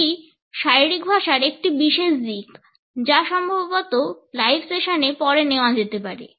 এটি শারীরিক ভাষার একটি বিশেষ দিক যা সম্ভবত লাইভ সেশনে পরে নেওয়া যেতে পারে